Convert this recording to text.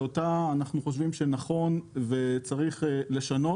שאותה אנחנו חושבים שנכון וצריך לשנות